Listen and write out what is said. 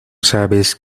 sabes